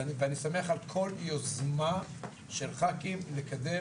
ואני שמח על כל יוזמה של ח"כים לקדם